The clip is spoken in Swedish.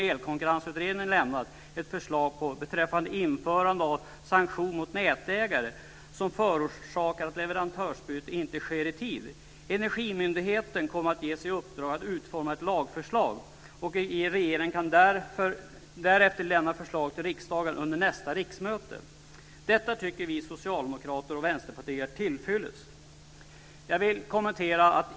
Elkonkurrensutredningen har lämnat ett förslag beträffande införande av sanktion mot nätägare som förorsakar att leverantörsbytet inte sker i tid. Energimyndigheten kommer att ges i uppdrag att utforma ett lagförslag. Regeringen kan därefter lämna förslag till riksdagen under nästa riksmöte. Detta tycker vi socialdemokrater och vänsterpartister är tillfyllest.